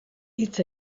hitz